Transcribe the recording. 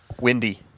windy